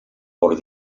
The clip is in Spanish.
por